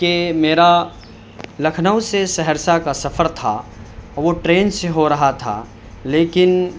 کہ میرا لکھنؤ سے سہرسہ کا سفر تھا اور وہ ٹرین سے ہو رہا تھا لیکن